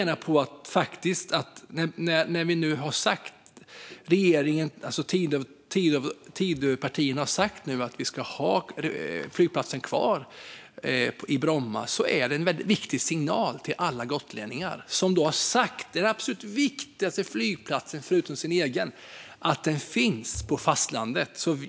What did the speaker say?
När Tidöpartierna nu har sagt att vi ska ha flygplatsen kvar i Bromma är det en väldigt viktig signal till alla gotlänningar som har sagt att Bromma flygplats är den absolut viktigaste flygplatsen i landet förutom den egna på Gotland.